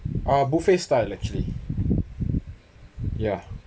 uh buffet style actually ya